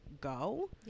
go